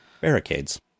barricades